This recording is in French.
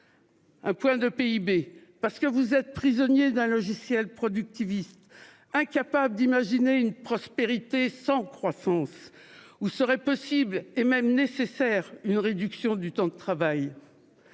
Un point de PIB, parce que vous êtes prisonniers d'un logiciel productiviste, incapables d'imaginer une prospérité sans croissance, où serait possible, et même nécessaire, une réduction du temps de travail.